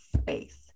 space